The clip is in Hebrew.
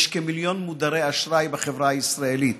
יש כמיליון מודרי אשראי בחברה הישראלית,